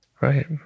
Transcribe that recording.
Right